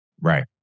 Right